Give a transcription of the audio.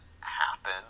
happen